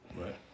Right